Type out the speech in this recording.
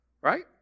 Right